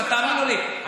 ותאמינו לי,